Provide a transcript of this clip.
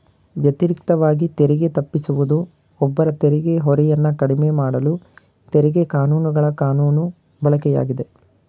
ವ್ಯತಿರಿಕ್ತವಾಗಿ ತೆರಿಗೆ ತಪ್ಪಿಸುವುದು ಒಬ್ಬರ ತೆರಿಗೆ ಹೊರೆಯನ್ನ ಕಡಿಮೆಮಾಡಲು ತೆರಿಗೆ ಕಾನೂನುಗಳ ಕಾನೂನು ಬಳಕೆಯಾಗಿದೆ